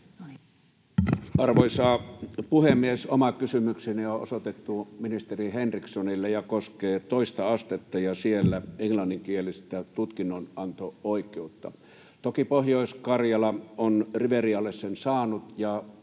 Arvoisa puhemies! Oma kysymykseni on osoitettu ministeri Henrikssonille ja koskee toista astetta ja siellä englanninkielistä tutkinnonanto-oikeutta. Toki Pohjois-Karjala on Riverialle sen saanut, ja